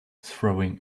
throwing